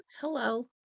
Hello